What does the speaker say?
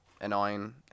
annoying